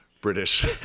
British